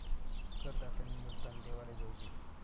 करदातानी योगदान देवाले जोयजे